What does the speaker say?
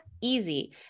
easy